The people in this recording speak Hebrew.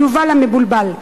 יובל המבולבל,